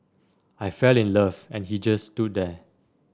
I fell in love and he just stood there